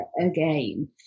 again